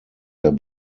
der